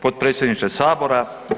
potpredsjedniče sabora.